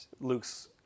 Luke's